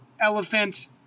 elephant